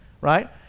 right